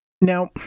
Now